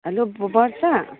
hello Varsha